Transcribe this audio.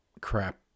Crap